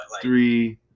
three